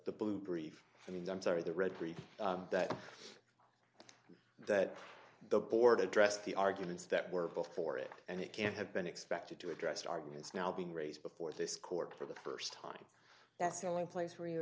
the blue brief i mean i'm sorry the red brief that that the board addressed the arguments that were before it and it can't have been expected to address arguments now being raised before this court for the st time that's the only place where you